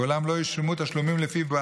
ואולם לא ישולמו תשלומים לפיו,